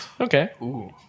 Okay